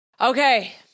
Okay